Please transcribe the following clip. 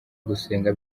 gusenga